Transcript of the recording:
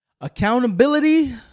accountability